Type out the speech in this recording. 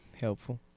helpful